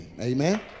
Amen